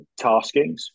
taskings